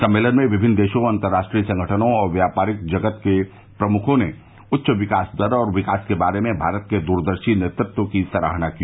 सम्मेलन में विभिन्न देशों अंतर्राष्ट्रीय संगठनों और व्यापारिक जगत के प्रमुखों ने उच्च विकास दर और विकास के बारे में भारत के दूरदर्शी नेतृत्व की सराहना की